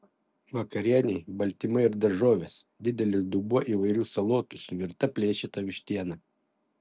vakarienei baltymai ir daržovės didelis dubuo įvairių salotų su virta plėšyta vištiena